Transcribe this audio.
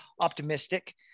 optimistic